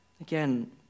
again